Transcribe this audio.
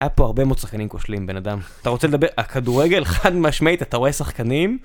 היה פה הרבה מאוד שחקנים כושלים בן אדם אתה רוצה לדבר? הכדורגל חד משמעית אתה רואה שחקנים?